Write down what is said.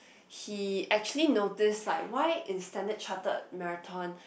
he actually notice like why in Standard Chartered marathon